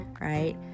right